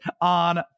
on